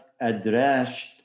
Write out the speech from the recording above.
addressed